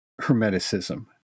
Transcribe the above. hermeticism